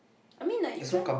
I mean like you can't